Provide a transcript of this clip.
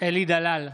אלי דלל,